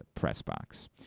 PressBox